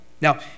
Now